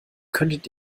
könntet